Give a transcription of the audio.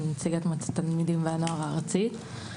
אני נציגת מועצת תלמידים ונוער ארצית.